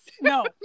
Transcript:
No